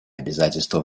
обязательства